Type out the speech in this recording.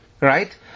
right